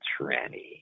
tranny